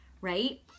right